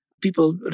people